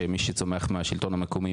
שמי שצומח מהשלטון המקומי,